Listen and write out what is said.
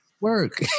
Work